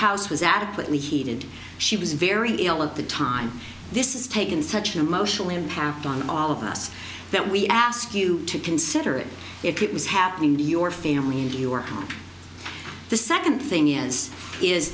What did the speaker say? house was adequately heated she was very ill at the time this is taken such an emotional impact on all of us that we ask you to consider it if it was happening to your family and your the second thing is is